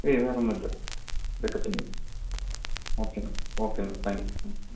ഏയ് വേറൊന്നുമില്ല ഇതൊക്കെ തന്നെയാണ് ഓക്കേന്നാ ഓക്കെ എന്നാൽ താങ്ക് യൂ ഹും ഹും